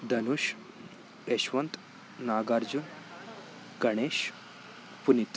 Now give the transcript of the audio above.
Dhanush Yashwanth Nagarjuna Ganesh Puneeth